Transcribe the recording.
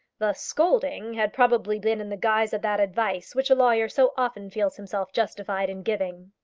the scolding had probably been in the guise of that advice which a lawyer so often feels himself justified in giving.